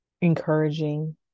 encouraging